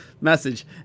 message